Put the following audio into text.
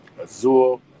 Azul